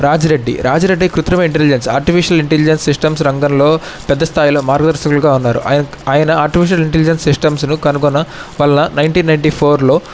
రాజ్ రెడ్డి రాజ్ రెడ్డి కృత్రిమ intelligence artificial intelligence systems రంగంలో పెద్ద స్థాయిలో మార్గదర్శకులుగా ఉన్నారు ఆయన ఆయన ఆర్టిఫిషియల్ ఇంటెలిజెన్స్ సిస్టమ్స్ను కనుగొన్న మళ్ళీ నైన్టీన్ నైన్టీ ఫోర్లో